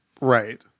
Right